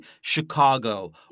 Chicago